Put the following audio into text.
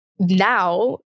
Now